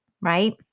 right